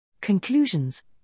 Conclusions